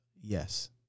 Yes